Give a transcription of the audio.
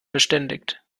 verständigt